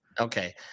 Okay